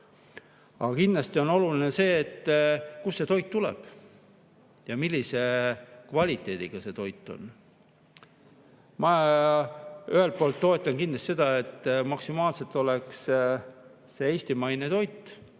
Aga kindlasti on oluline see, kust see toit tuleb ja millise kvaliteediga see toit on. Ma ühelt poolt toetan kindlasti seda, et maksimaalselt oleks see eestimaine toit.